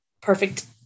perfect